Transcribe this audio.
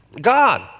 God